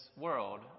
world